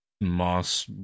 Moss